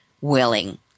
willing